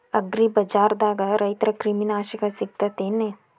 ಅಗ್ರಿಬಜಾರ್ದಾಗ ರೈತರ ಕ್ರಿಮಿ ನಾಶಕ ಸಿಗತೇತಿ ಏನ್?